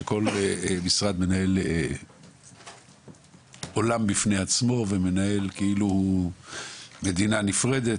שכל משרד מנהל עולם בפני עצמו ומנהל מדינה נפרדת.